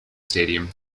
stadium